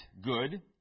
good